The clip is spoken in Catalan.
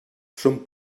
son